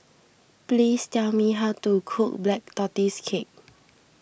please tell me how to cook Black Tortoise Cake